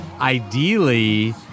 ideally